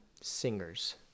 Singers